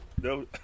no